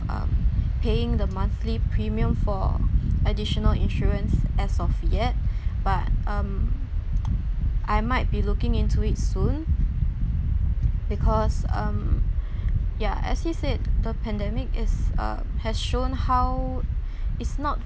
um paying the monthly premium for additional insurance as of yet but um I might be looking into it soon because um ya as he said the pandemic is uh has shown how it's not